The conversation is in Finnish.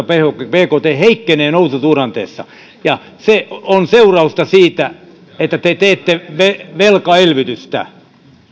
bkthen heikkenee noususuhdanteessa ja se on seurausta siitä että te teette velkaelvytystä